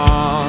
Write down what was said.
on